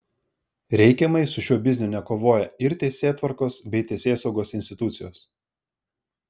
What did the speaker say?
reikiamai su šiuo bizniu nekovoja ir teisėtvarkos bei teisėsaugos institucijos